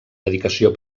dedicació